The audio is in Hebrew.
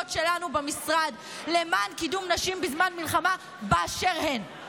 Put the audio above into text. שלנו במשרד למען קידום נשים באשר הן בזמן מלחמה.